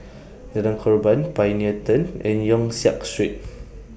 Jalan Korban Pioneer Turn and Yong Siak Street